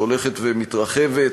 שהולכת ומתרחבת.